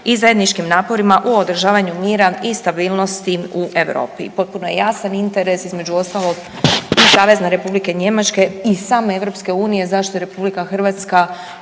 i zajedničkim naporima u održavanju mira i stabilnosti u Europi. Potpun je jasan interes između ostalog i Savezne Republike Njemačke i same Europske unije zašto je Republika Hrvatska